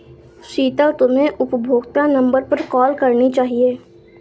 शीतल, तुम्हे उपभोक्ता नंबर पर कॉल करना चाहिए